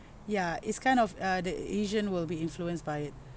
yeah it's kind of uh the asian will be influenced by it